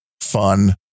fun